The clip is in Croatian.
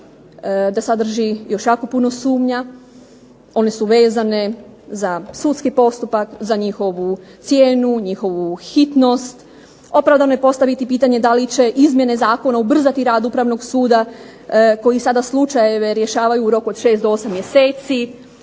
da sadrži još jako puno sumnja, one su vezane za sudski postupak, za njihovu cijenu, njihovu hitnost, opravdano je postaviti pitanje da li će izmjene zakona ubrzati rad Upravnog suda koji sada slučajeve rješavaju u roku od 6 do 8 mjeseci.